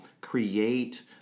create